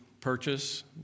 purchase